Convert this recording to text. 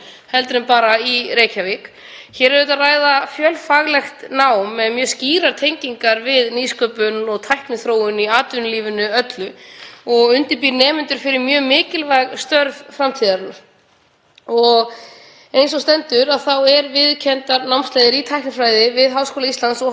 undirbýr nemendur fyrir mjög mikilvæg störf framtíðarinnar. Eins og stendur eru viðurkenndar námsleiðir í tæknifræði við Háskóla Íslands og Háskólann í Reykjavík og þau eru í stöðugri samkeppni við verkfræðina m.a. eftir nemendum þar sem við þurfum að fjölga nemendum í báðum þessum greinum.